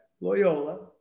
Loyola